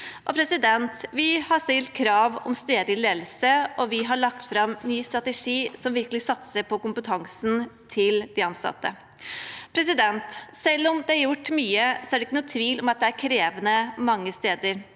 er størst. Vi har også stilt krav om stedlig ledelse, og vi har lagt fram en ny strategi som virkelig satser på kompetansen til de ansatte. Selv om det er gjort mye, er det ikke noen tvil om at det er krevende mange steder.